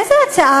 איזו הצעה